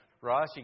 Ross